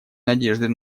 надежды